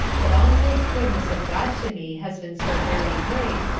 the boundless goodness of god to me has been so very great,